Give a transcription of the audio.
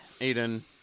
Eden